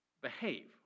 behave